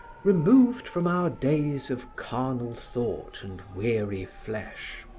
removed from our days of carnal thought and weary flesh.